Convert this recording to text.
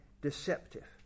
deceptive